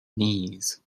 knees